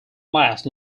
last